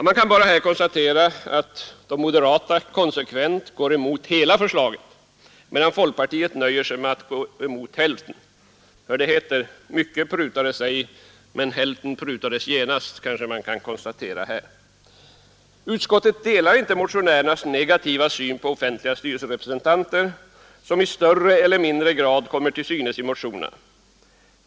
Här kan man alltså konstatera att moderaterna går konsekvent emot hela förslaget, medan folkpartiet nöjer sig med att gå emot hälften. Mycket prutades ej, men hälften prutades genast, kanske man kan säga. Utskottet delar inte motionärernas negativa syn på offentliga styrelserepresentanter, som i större eller mindre grad kommer till synes i motionerna.